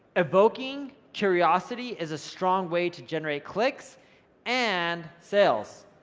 evoking curiosity is a strong way to generate clicks and sales.